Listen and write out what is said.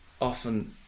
often